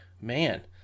man